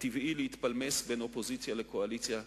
הטבעי להתפלמס בין אופוזיציה לקואליציה,